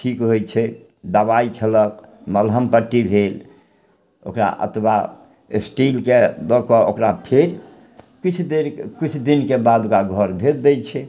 ठीक होइ छै दबाइ खेलक मलहम पट्टी भेल ओकरा ओतबा स्टीलके दअ कऽ ओकरा फेर किछु देर किछु दिनके बाद ओकरा घर भेज दै छै